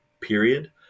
period